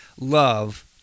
love